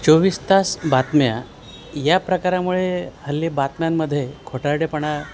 चोवीस तास बातम्या या प्रकारामुळे हल्ली बातम्यांमध्ये खोटारडेपणा